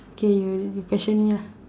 K you you question me lah